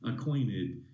acquainted